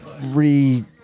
re